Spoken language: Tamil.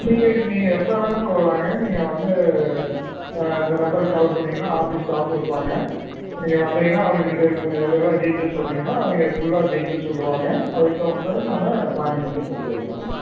நீங்கள் நீங்கள் எப்போ வேணுனா வரலாங்க நீங்கள் வந்து இந்த நம்பருக்கு கால் பண்ணிங்கனா ஆஃபீஸ் ஸ்டாஃப் இருப்பாங்க நீங்கள் வந்திங்கனா அவங்கள்ட்ட இதெல்லாம் டீட்டெயில்ஸ் சொன்னிங்கனா அவங்க ஃபுல்லாக டீட்டெயில்ஸ் சொல்வாங்க அதுக்கு தகுந்த மாதிரி நம்ம ப்ளானிங் பண்ணி கொண்டு போய்க்கலாங்க